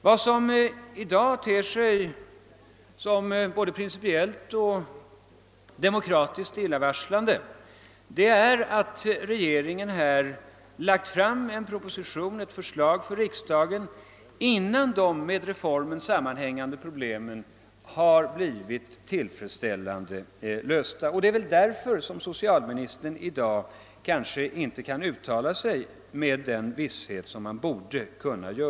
Vad som i dag ter sig som både principiellt och demokratiskt illavarslande är att regeringen lagt fram en proposition innan de med reformen sammanhängande problemen tillfredsställande har lösts.